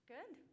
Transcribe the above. Good